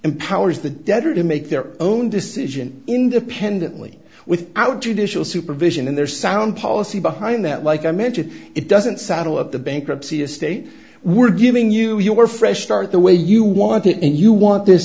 empowers the debtor to make their own decision independently without judicial supervision and their sound policy behind that like i mentioned it doesn't saddle up the bankruptcy estate we're giving you your fresh start the way you want it and you want this